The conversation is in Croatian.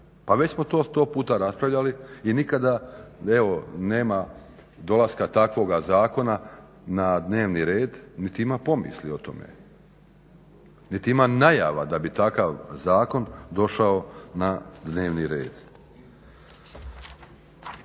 Pa već smo to sto puta raspravljali i nikada evo nema dolaska takvoga zakona na dnevni red niti ima pomisli o tome niti ima najava da bi takav zakon došao na dnevni red.